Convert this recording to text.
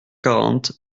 quarante